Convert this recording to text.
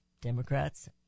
Democrats